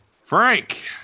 Frank